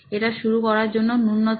এটা শুরু করার জন্য নূন্যতম